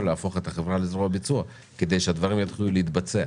להפוך את החברה לזרוע ביצוע כדי שהדברים יתחילו להתבצע.